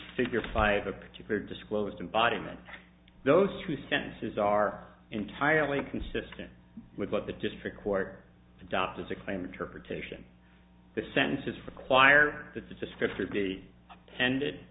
figure five a particular disclosed embodiment those two sentences are entirely consistent with what the district court adopted to claim interpretation the sentences for acquire the de